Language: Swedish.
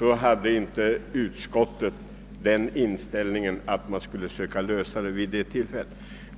ansåg inte utskottsmajoriteten att frågorna skulle lösas vid det tillfället.